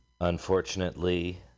Unfortunately